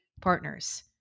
partners